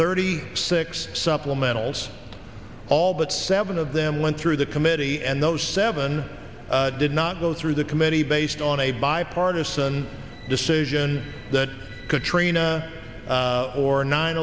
thirty six supplementals all but seven of them went through the committee and those seven did not go through the committee based on a bipartisan decision that katrina or nine